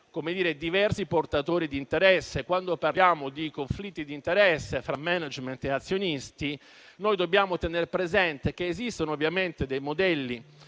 contemperare diversi portatori di interesse; quando parliamo di conflitti di interesse fra *management* e azionisti, dobbiamo tenere presente che esistono ovviamente dei modelli